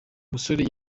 musore